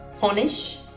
punish